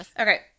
Okay